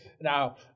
Now